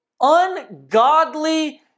ungodly